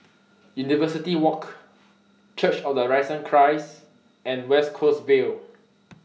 University Walk Church of The Risen Christ and West Coast Vale